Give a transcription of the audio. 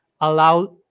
allow